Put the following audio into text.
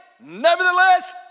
Nevertheless